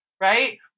right